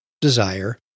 desire